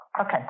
Okay